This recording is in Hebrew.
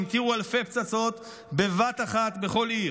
המטירו אלפי פצצות בבת אחת בכל עיר.